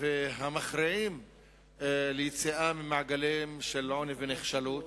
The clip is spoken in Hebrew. והמכריעים ליציאה ממעגלים של עוני ונחשלות.